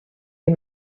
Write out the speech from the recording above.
you